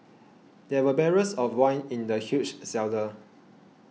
there were barrels of wine in the huge cellar